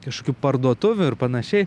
kažkokių parduotuvių ir panašiai